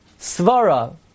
Svara